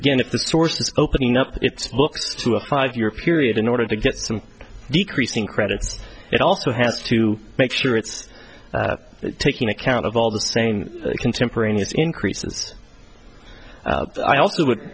again if the source is opening up its books to a five year period in order to get some decreasing credits it also has to make sure it's taking account of all the same contemporaneous increases i also would